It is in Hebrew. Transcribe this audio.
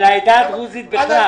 על העדה הדרוזית בכלל.